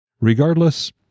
Regardless